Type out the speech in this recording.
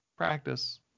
practice